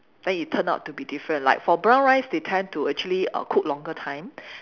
then it turn out to be different like for brown rice they tend to actually err cook longer time